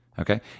okay